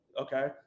okay